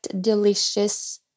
delicious